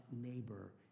neighbor